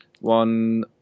one